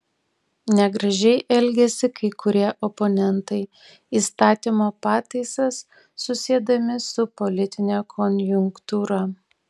negražiai elgiasi kai kurie oponentai įstatymo pataisas susiedami su politine konjunktūra